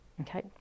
okay